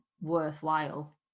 worthwhile